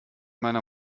meiner